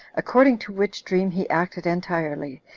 according to which dream he acted entirely,